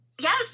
Yes